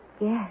Yes